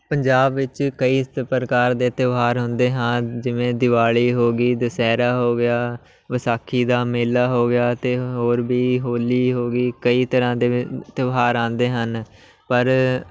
ਪੰਜਾਬ ਵਿੱਚ ਕਈ ਪ੍ਰਕਾਰ ਦੇ ਤਿਉਹਾਰ ਹੁੰਦੇ ਹਨ ਜਿਵੇਂ ਦਿਵਾਲੀ ਹੋ ਗਈ ਦੁਸਹਿਰਾ ਹੋ ਗਿਆ ਵਿਸਾਖੀ ਦਾ ਮੇਲਾ ਹੋ ਗਿਆ ਅਤੇ ਹੋਰ ਵੀ ਹੋਲੀ ਹੋ ਗਈ ਕਈ ਤਰ੍ਹਾਂ ਦੇ ਤਿਉਹਾਰ ਆਉਂਦੇ ਹਨ ਪਰ